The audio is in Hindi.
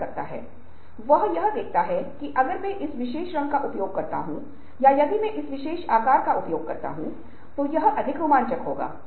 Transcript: एक और सवाल यह है कि अगर मृत्यु के बिना पृथ्वी पर मानव जीवन जारी रहा तो परिणाम क्या होगा